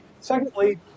Secondly